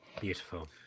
Beautiful